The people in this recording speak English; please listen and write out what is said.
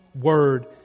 word